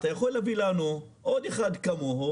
אתם יכולים להביא לנו עוד אחד כמוהו,